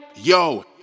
Yo